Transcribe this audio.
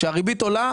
כשהריבית עולה,